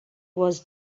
was